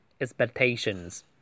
expectations